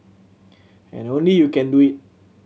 and only you can do it